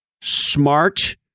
smart